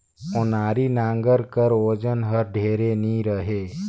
ओनारी नांगर कर ओजन हर ढेर नी रहें